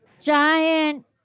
giant